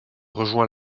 rejoint